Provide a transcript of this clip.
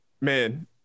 man